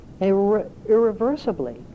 irreversibly